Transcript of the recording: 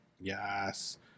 Yes